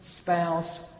spouse